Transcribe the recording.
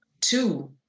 two